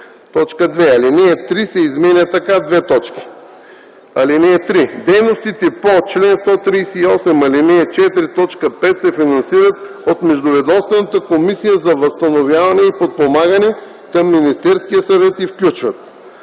и 7”; 2. Алинея 3 се изменя така: „(3) Дейностите по чл. 138, ал. 4, т. 5 се финансират от Междуведомствената комисия за възстановяване и подпомагане към Министерския съвет и включват: